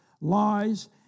lies